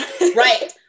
Right